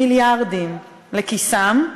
מיליארדים, לכיסם.